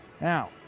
Now